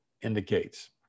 indicates